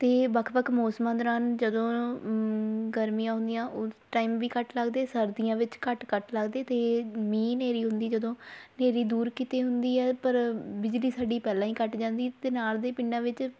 ਅਤੇ ਵੱਖ ਵੱਖ ਮੌਸਮਾਂ ਦੌਰਾਨ ਜਦੋਂ ਗਰਮੀਆਂ ਹੁੰਦੀਆਂ ਉਸ ਟਾਈਮ ਵੀ ਕੱਟ ਲੱਗਦੇ ਸਰਦੀਆਂ ਵਿੱਚ ਘੱਟ ਕੱਟ ਲੱਗਦੇ ਅਤੇ ਮੀਂਹ ਹਨੇਰੀ ਹੁੰਦੀ ਜਦੋਂ ਹਨੇਰੀ ਦੂਰ ਕਿਤੇ ਹੁੰਦੀ ਆ ਪਰ ਬਿਜਲੀ ਸਾਡੀ ਪਹਿਲਾਂ ਹੀ ਕੱਟ ਜਾਂਦੀ ਅਤੇ ਨਾਲ ਦੇ ਪਿੰਡਾਂ ਵਿੱਚ